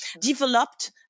developed